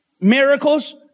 miracles